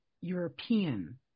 European